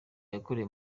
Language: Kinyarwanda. yakorewe